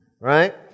Right